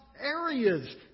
Areas